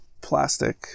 plastic